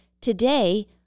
Today